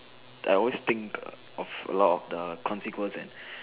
I always think of a lot of the consequence and